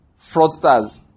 fraudsters